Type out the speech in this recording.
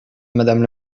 madame